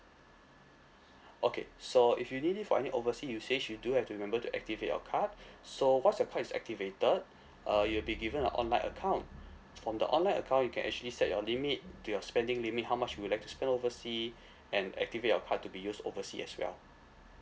okay so if you need it for any oversea usage you do have to remember to active your card so once your card is activated uh you'll be given uh online account from the online account you can actually set your limit do your spending limit how much would you like to spend oversea and activate your card to be used oversea as well